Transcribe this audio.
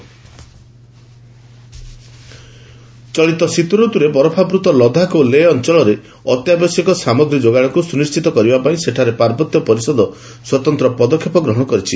Leh essential ଚଳିତ ଶୀତ ଋତୁରେ ବରଫାବୃତ ଲଦାଖ ଓ ଲେଃ ଅଞ୍ଚଳରେ ଅତ୍ୟାବଶ୍ୟକ ସାମଗ୍ରୀ ଯୋଗାଣକୁ ସୁନିଶ୍ଚିତ କରିବା ପାଇଁ ସେଠାରେ ପାର୍ବତ୍ୟ ପରିଷଦ ସ୍ୱତନ୍ତ୍ର ପଦକ୍ଷେପ ଗ୍ରହଣ କରିଛି